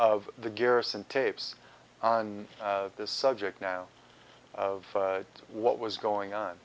of the garrison tapes on this subject of what was going on